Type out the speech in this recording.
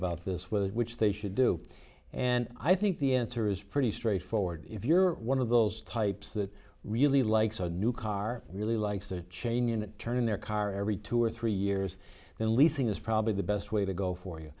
about this with which they should do and i think the answer is pretty straightforward if you're one of those types that really likes a new car really likes the change in turning their car every two or three years and leasing is probably the best way to go for you